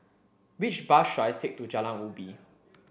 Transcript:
which bus should I take to Jalan Ubi